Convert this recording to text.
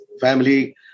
family